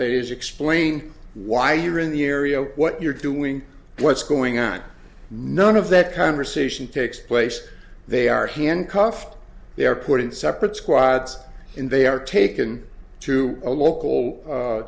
days explain why you're in the area what you're doing what's going on none of that conversation takes place they are handcuffed they are put in separate squads in they are taken to a local